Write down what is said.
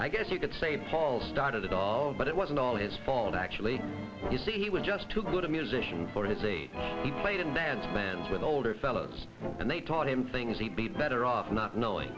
i guess you could say paul started it all but it wasn't all his fault actually you see he was just too good a musician for his age he played in that band with older fellows and they taught him things he'd be better off not knowing